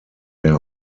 der